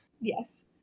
Yes